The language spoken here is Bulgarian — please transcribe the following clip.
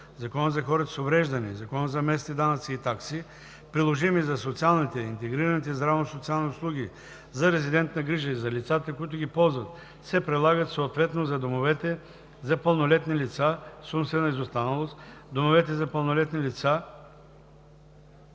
Закона за хората с увреждания и Закона за местните данъци и такси, приложими за социалните и интегрираните здравно-социални услуги за резидентна грижа и за лицата, които ги ползват, се прилагат съответно за домовете за пълнолетни лица с умствена изостаналост, домовете за пълнолетни лица